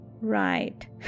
Right